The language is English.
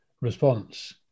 response